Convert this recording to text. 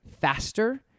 faster